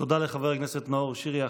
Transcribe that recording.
תודה לחבר הכנסת נאור שירי.